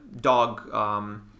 dog